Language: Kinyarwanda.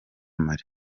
marie